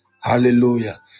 Hallelujah